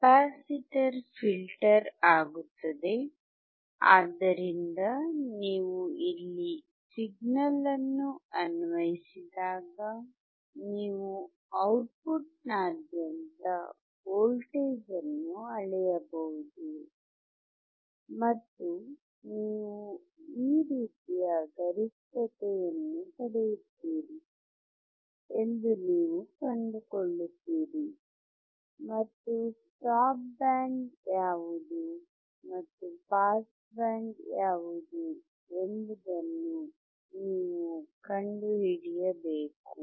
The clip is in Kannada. ಕೆಪಾಸಿಟರ್ ಫಿಲ್ಟರ್ ಆಗುತ್ತದೆ ಆದ್ದರಿಂದ ನೀವು ಇಲ್ಲಿ ಸಿಗ್ನಲ್ ಅನ್ನು ಅನ್ವಯಿಸಿದಾಗ ನೀವು ಔಟ್ಪುಟ್ ನಾದ್ಯಂತ ವೋಲ್ಟೇಜ್ ಅನ್ನು ಅಳೆಯಬಹುದು ಮತ್ತು ನೀವು ಈ ರೀತಿಯ ಗರಿಷ್ಠತೆಯನ್ನು ಪಡೆಯುತ್ತೀರಿ ಎಂದು ನೀವು ಕಂಡುಕೊಳ್ಳುತ್ತೀರಿ ಮತ್ತು ಸ್ಟಾಪ್ ಬ್ಯಾಂಡ್ ಯಾವುದು ಮತ್ತು ಪಾಸ್ ಬ್ಯಾಂಡ್ ಯಾವುದು ಎಂಬುದನ್ನು ನೀವು ಕಂಡುಹಿಡಿಯಬೇಕು